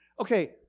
Okay